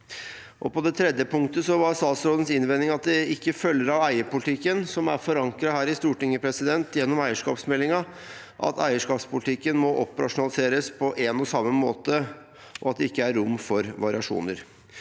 Til det tredje punktet var statsrådens innvending at det ikke følger av eierpolitikken, som er forankret her i Stortinget gjennom eierskapsmeldingen, at eierskapspolitikken må operasjo naliseres på én og samme måte, og at det ikke er rom for variasjoner.